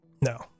No